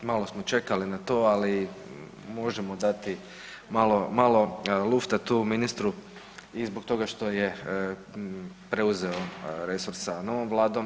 Malo smo čekali na to, ali možemo dati malo lufta tu ministru i zbog toga što je preuzeo resor sa novom Vladom.